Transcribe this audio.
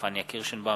פניה קירשנבאום,